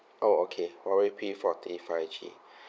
oh okay huawei P forty five G